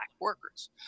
workers